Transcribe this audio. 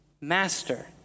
Master